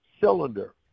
cylinder